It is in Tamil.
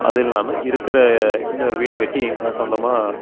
அது இல்லாமல் இருக்கிற இன்னொரு வீடு கட்டி நான் சொந்தமாக